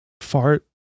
Fart